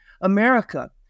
America